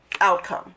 Outcome